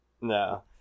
No